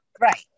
Right